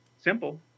simple